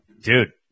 Dude